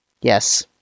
Yes